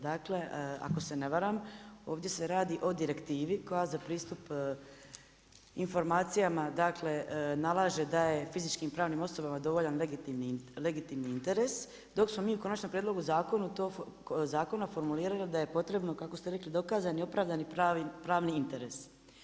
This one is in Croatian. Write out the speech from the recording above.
Dakle, ako se ne varam, ovdje se radi o direktivi koja za pristup informacijama, dakle, nalaže da je fizičkim i pravnim osobama dovoljan legitimni interes, dok smo mi u konačnom prijedlogu zakona to formulirali da je potrebno, to kako ste rekli, dokazani i opravdani pravni interes.